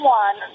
one